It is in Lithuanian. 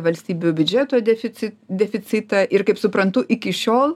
valstybių biudžeto defici deficitą ir kaip suprantu iki šiol